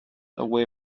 away